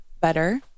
better